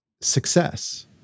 success